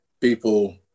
people